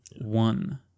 One